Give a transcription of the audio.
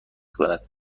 کند